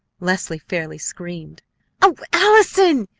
leslie fairly screamed. o allison!